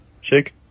Shake